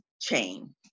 chain